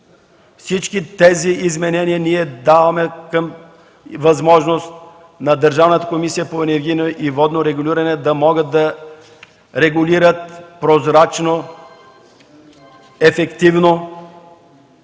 всички тези изменения ние даваме възможност на Държавната комисия по енергийно и водно регулиране да могат да регулират прозрачно, ефективно